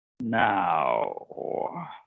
Now